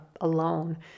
alone